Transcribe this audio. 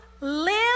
live